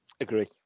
agree